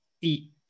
eat